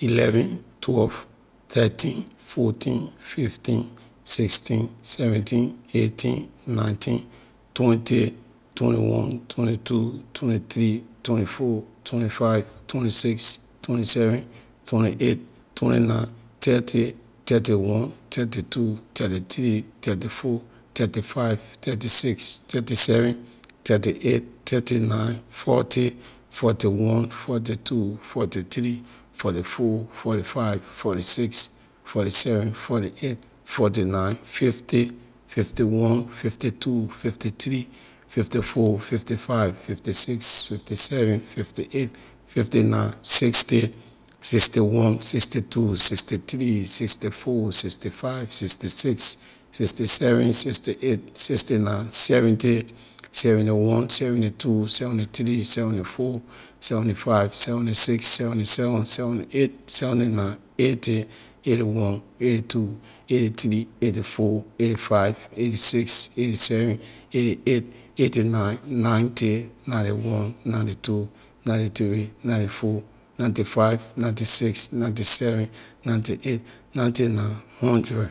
eleven, twelve, thirteen, fourteen, fifteen, sixteen, seventeen, eighteen, nineteen, twenty, twenty-one, twenty-two, twenty-three, twenty-four, twenty-five, twenty-six, twenty-seven, twenty-eight, twenty-nine, thirty, thirty-one, thirty-two, thirty-three, thirty-four, thirty-five, thirty-six, thirty-seven, thirty-eight, thirty-nine, forty, forty-one, forty-two, forty-three, forty-four, forty-five, forty-six forty-seven, forty-eight, forty-nine, fifty, fifty-one, fifty-two, fifty-three, fifty-four, fifty-five, fifty-six, fifty-seven, fifty-eight, fifty-nine, sixty, sixty-one, sixty-two, sixty-three, sixty-four, sixty-five, sixty-six, sixty-seven, sixty-eight, sixty-nine, seventy, seventy-one, seventy-two, seventy-three, seventy-four, seventy-five, seventy-six, seventy-seven, seventy-eight, seventy-nine, eighty, eighty-one, eighty-two, eighty-three eighty-four eighty-five eighty-six eighty-seven eighty-eight eighty-nine, ninety, ninety-one, ninety-two, ninety-three, ninety-four, ninety-five, ninety-six, ninety-seven, ninety-eight, ninety-nine, hundred.